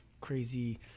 crazy